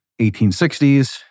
1860s